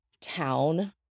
town